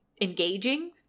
engaging